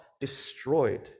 destroyed